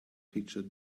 picture